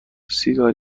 سیگار